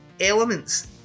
elements